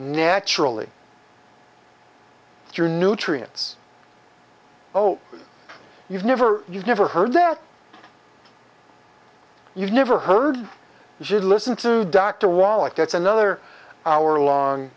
naturally if you're nutrients oh you've never you've never heard that you've never heard you should listen to dr rollock that's another hour